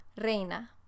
reina